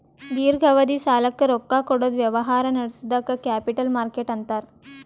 ದೀರ್ಘಾವಧಿ ಸಾಲಕ್ಕ್ ರೊಕ್ಕಾ ಕೊಡದ್ ವ್ಯವಹಾರ್ ನಡ್ಸದಕ್ಕ್ ಕ್ಯಾಪಿಟಲ್ ಮಾರ್ಕೆಟ್ ಅಂತಾರ್